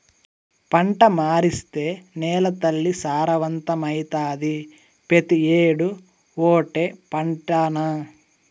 పంట మార్సేత్తే నేలతల్లి సారవంతమైతాది, పెతీ ఏడూ ఓటే పంటనా